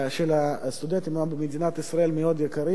הסטודנטים היום במדינת ישראל מאוד יקרים.